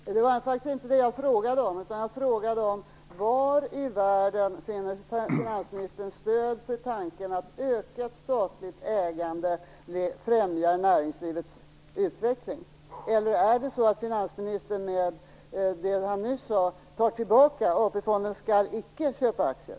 Herr talman! Det var faktiskt inte det jag frågade om. Jag frågade var i världen finansministern finner stöd för tanken att ökat statligt ägande främjar näringslivets utveckling. Eller tar finansministern med det han nyss sade tillbaka tidigare uttalanden och menar att AP-fonden icke skall köpa aktier?